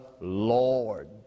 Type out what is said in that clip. Lord